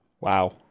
Wow